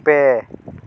ᱯᱮ